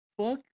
Fuck